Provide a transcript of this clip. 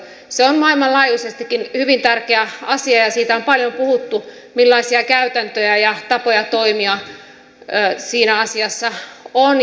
se on maailmanlaajuisestikin hyvin tärkeä asia ja siitä on paljon puhuttu millaisia käytäntöjä ja tapoja toimia siinä asiassa on